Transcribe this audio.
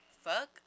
Fuck